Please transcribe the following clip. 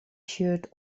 shirt